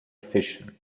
fission